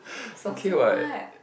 okay what